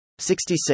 66